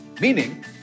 Meaning